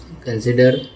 consider